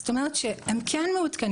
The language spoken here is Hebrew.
זאת אומרת שהם כן מעודכנים,